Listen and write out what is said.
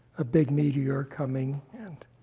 a big meteor coming and